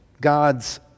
God's